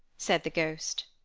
said the ghost.